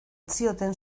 zioten